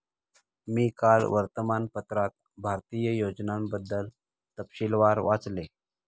मी काल वर्तमानपत्रात भारतीय योजनांबद्दल तपशीलवार वाचले